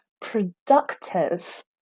productive